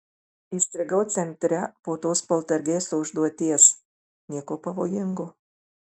įstrigau centre po tos poltergeisto užduoties nieko pavojingo